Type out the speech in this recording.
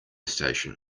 station